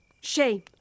shame